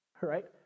right